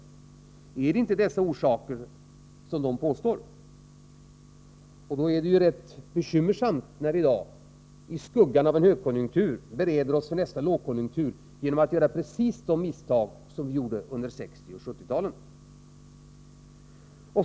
Är det inte dessa orsaker? Då är det rätt bekymmersamt när vi i dag i skuggan av en högkonjunktur bereder oss för nästa lågkonjunktur genom att göra precis de misstag som vi gjorde under 1960 och 1970-talen.